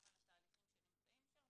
גם על התהליכים שנמצאים שם,